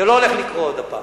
זה לא הולך לקרות עוד פעם.